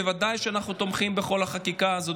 בוודאי שאנחנו תומכים בכל החקיקה הזאת,